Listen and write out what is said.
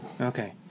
Okay